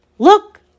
Look